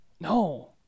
No